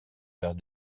vers